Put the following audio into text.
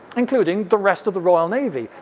including the rest of the royal navy.